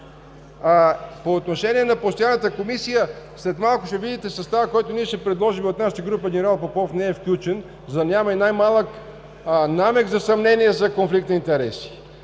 По отношение на Постоянната комисия, след малко ще видите състава, който ние ще предложим от нашата група. Генерал Попов не е включен, за да няма и най-малък намек за съмнение за конфликт на интереси,